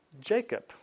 Jacob